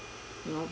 you know